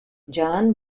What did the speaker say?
john